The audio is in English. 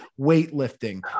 weightlifting